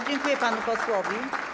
Dziękuję panu posłowi.